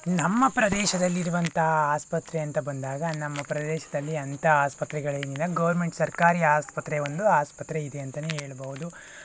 ನಮ್ಮ ಪ್ರದೇಶದಲ್ಲಿರುವಂತಹ ಆಸ್ಪತ್ರೆ ಅಂತ ಬಂದಾಗ ನಮ್ಮ ಪ್ರದೇಶದಲ್ಲಿ ಅಂತ ಆಸ್ಪತ್ರೆಗಳೇನಿಲ್ಲ ಗೌರ್ಮೆಂಟ್ ಸರ್ಕಾರಿ ಆಸ್ಪತ್ರೆ ಒಂದು ಆಸ್ಪತ್ರೆ ಇದೆ ಅಂತಲೇ ಹೇಳ್ಬಹುದು